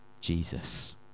Jesus